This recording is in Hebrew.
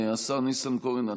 השר ניסנקורן,